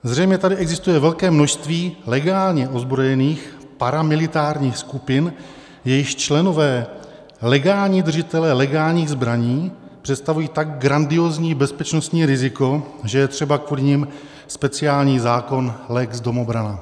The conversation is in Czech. Zřejmě tady existuje velké množství legálně ozbrojených paramilitárních skupin, jejichž členové, legální držitelé legálních zbraní, představují tak grandiózní bezpečnostní riziko, že je třeba kvůli nim speciální zákon lex domobrana.